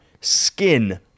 skin